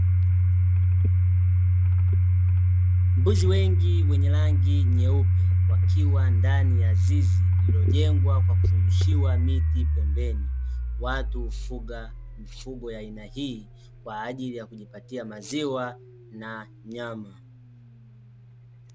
Mbuzi wengi wenye rangi nyeupe, wakiwa ndani ya zizi lililojengwa kwa kuzungushiwa miti pembeni. Watu hufuga mifugo ya aina hii kwa ajili ya kujipatia maziwa na nyama.